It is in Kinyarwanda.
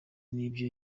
n’ibyo